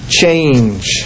change